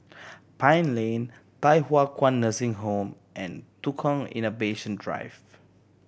Pine Lane Thye Hua Kwan Nursing Home and Tukang Innovation Drive